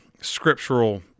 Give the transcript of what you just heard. scriptural